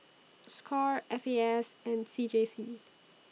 SCORE F A S and C J C